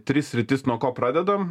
tris sritis nuo ko pradedam